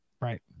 Right